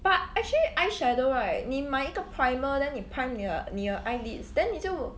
but actually eyeshadow right 你买一个 primer then 你 prime 你的你的 eyelids then 你就